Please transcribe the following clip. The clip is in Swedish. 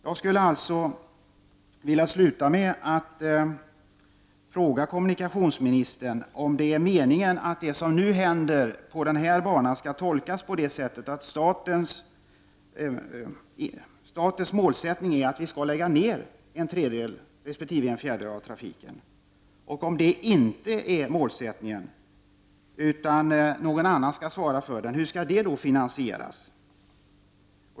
Jag skulle således vilja avsluta med att fråga kommunikationsministern om det är meningen att det som nu sker på banan skall tolkas som att statens målsättning är att vi skall lägga ner en tredjedel resp. en fjärdedel av trafiken. Om det inte är målsättningen, utan någon annan skall svara för trafiken, hur skall det finansieras?